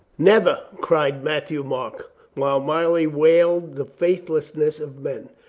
never! cried matthieu-marc, while molly wailed the faithlessness of men.